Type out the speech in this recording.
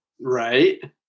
Right